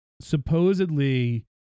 supposedly